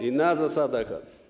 i na zasadach.